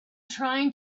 trying